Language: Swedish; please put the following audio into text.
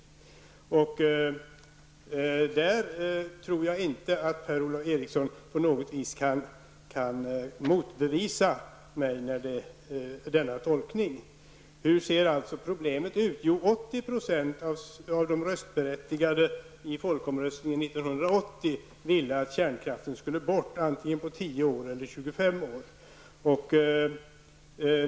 Jag tror inte att Per-Ola Eriksson på något vis kan motbevisa mig i denna tolkning. Hur ser problemet ut? I folkomröstningen år 1980 ville 80 % av de röstberättigade att kärnkraften skulle bort antingen på tio år eller på 25 år.